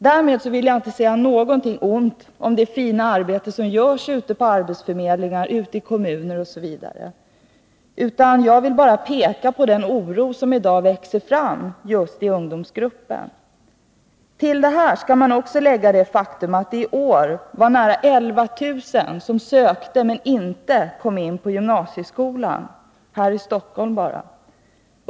Därmed vill jag inte säga någonting ont om det fina arbete som görs ute på Nr 26 arbetsförmedlingar, i kommuner, osv. Jag vill bara peka på den oro som i dag Måndagen den växer fram i just ungdomsgruppen. 15 november 1982 Till detta kan man också lägga det faktum att det i år var nära 11 000 som sökte men inte kom in på gymnasieskolan här i Stockholm.